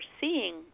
seeing